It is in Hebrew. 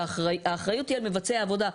האחריות היא על מבצע העבודה.